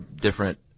different